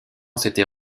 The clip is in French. s’était